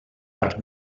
arc